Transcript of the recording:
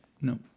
no